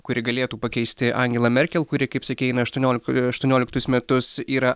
kuri galėtų pakeisti angelą merkel kuri kaip sakei eina aštuoniol aštuonioliktus metus yra